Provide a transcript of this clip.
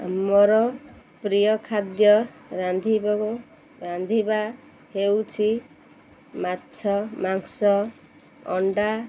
ଆମର ପ୍ରିୟ ଖାଦ୍ୟ ରାନ୍ଧିବ ରାନ୍ଧିବା ହେଉଛି ମାଛ ମାଂସ ଅଣ୍ଡା